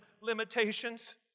limitations